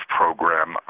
program